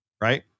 right